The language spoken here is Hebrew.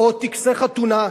או טקסי חתונה.